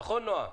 נכון, נועם?